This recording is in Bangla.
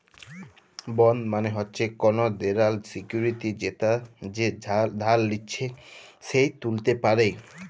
বন্ড মালে হচ্যে কল দেলার সিকুইরিটি যেটা যে ধার লিচ্ছে সে ত্যুলতে পারে